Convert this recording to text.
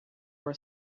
were